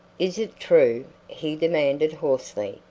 is it true? he demanded hoarsely,